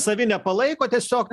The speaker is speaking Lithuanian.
savi nepalaiko tiesiog